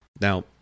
Now